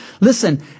Listen